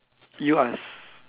you ask